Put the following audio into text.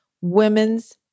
Women's